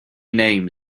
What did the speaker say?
names